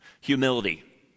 Humility